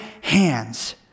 hands